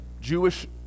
Jewish